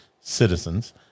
citizens